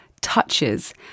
touches